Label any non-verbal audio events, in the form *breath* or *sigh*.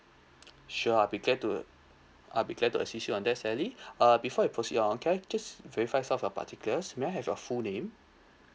sure I'll be glad to I'll be glad to assist you on that sally *breath* uh before I proceed on can I just verify some of the particulars may I have your full name